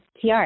TR